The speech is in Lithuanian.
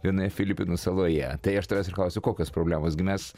vienoje filipinų saloje tai aš tavęs ir klausiu kokios problemos gi mes